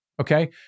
okay